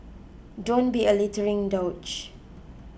don't be a littering douche